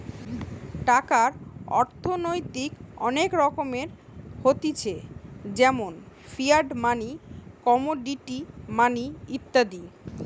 টাকার অর্থনৈতিক অনেক রকমের হতিছে যেমন ফিয়াট মানি, কমোডিটি মানি ইত্যাদি